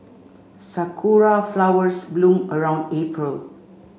sakura flowers bloom around April